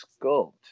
sculpt